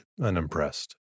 unimpressed